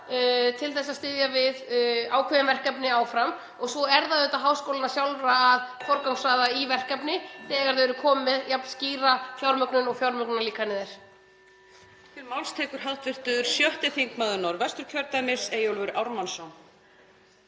til að styðja við ákveðin verkefni áfram og svo er það auðvitað háskólanna sjálfra að forgangsraða í verkefni þegar þeir eru komnir með jafn skýra fjármögnun og fjármögnunarlíkanið er.